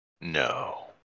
No